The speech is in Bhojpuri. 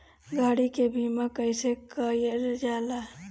गाड़ी के बीमा कईसे करल जाला?